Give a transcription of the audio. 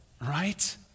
Right